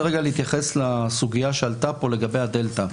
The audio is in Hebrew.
רגע להתייחס לסוגיה שעלתה פה לגבי הדלתא.